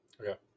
Okay